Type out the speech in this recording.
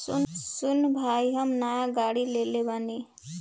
सुन भाई हम नाय गाड़ी लेले बानी